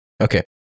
Okay